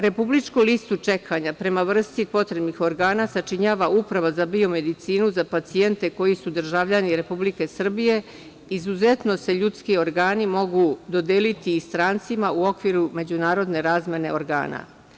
Republičku listu čekanja prema vrsti potrebnih organa sačinjava Uprava za biomedicinu za pacijente koji su državljani Republike Srbije, izuzetno se ljudski organi mogu dodeliti i strancima u okviru međunarodne razmene organa.